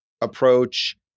approach